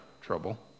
trouble